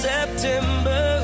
September